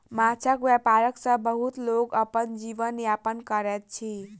माँछक व्यापार सॅ बहुत लोक अपन जीवन यापन करैत अछि